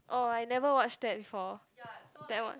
oh I never watch that before that [one]